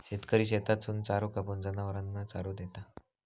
शेतकरी शेतातसून चारो कापून, जनावरांना चारो देता